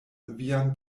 vian